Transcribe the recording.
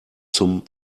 zum